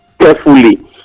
carefully